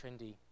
trendy